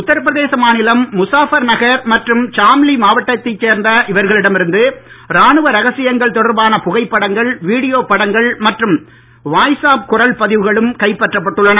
உத்தரப்பிரதேச மாநிலம் முசாபர் நகர் மற்றும் ஷாம்லி மாவட்டத்தைச் சேர்ந்த இவர்களிடமிருந்து ராணுவ ரகசியங்கள் தொடர்பான புகைப்படங்கள் வீடியோ படங்கள் மற்றும் வாய்ஸ் ஆப் குரல் பதிவுகளும் கைப்பற்றப் பட்டுள்ளன